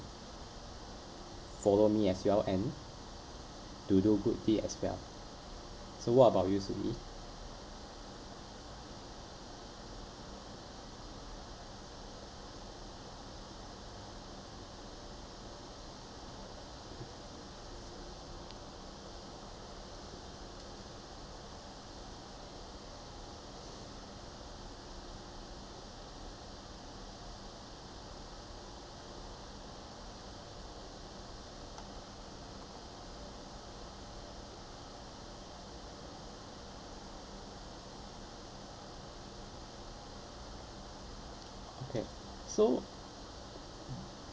follow me as well and to do good deed as well so what about you soo ee okay so